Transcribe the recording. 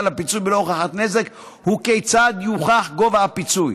לפיצוי בלא הוכחת נזק הוא כיצד יוכח גובה הפיצוי.